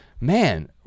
man